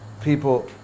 people